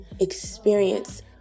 experience